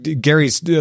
Gary's